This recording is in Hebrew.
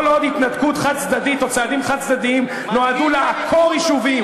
כל עוד התנתקות חד-צדדית או צעדים חד-צדדיים נועדו לעקור יישובים,